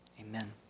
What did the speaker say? Amen